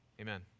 Amen